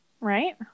Right